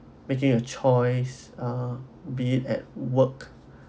making a choice um be at work